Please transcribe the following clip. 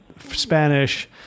Spanish